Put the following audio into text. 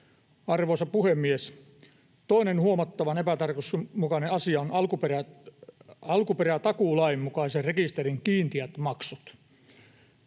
Arvoisa puhemies! Toinen huomattavan epätarkoituksenmukainen asia ovat alkuperätakuulain mukaisen rekisterin kiinteät maksut.